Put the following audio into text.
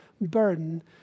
burden